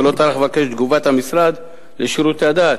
ולא טרח לבקש את תגובת המשרד לשירותי הדת.